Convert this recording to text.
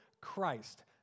Christ